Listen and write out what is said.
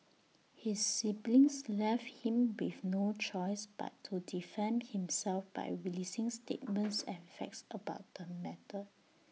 his siblings left him with no choice but to defend himself by releasing statements and facts about the matter